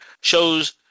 shows